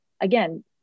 again